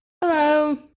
Hello